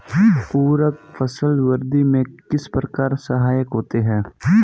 उर्वरक फसल वृद्धि में किस प्रकार सहायक होते हैं?